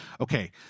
Okay